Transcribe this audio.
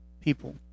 people